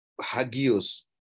Hagios